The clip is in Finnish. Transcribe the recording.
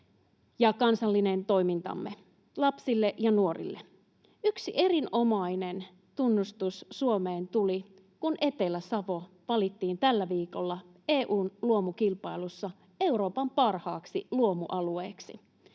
ja kansallinen toimintamme lapsille ja nuorille. Yksi erinomainen tunnustus Suomeen tuli, kun Etelä-Savo valittiin tällä viikolla EU:n luomukilpailussa Euroopan parhaaksi luomualueeksi.